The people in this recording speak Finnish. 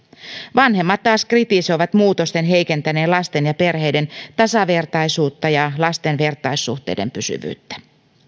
vanhemmat taas kritisoivat muutosten heikentäneen lasten ja perheiden tasavertaisuutta ja lasten vertaissuhteiden pysyvyyttä